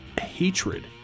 hatred